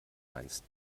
meinst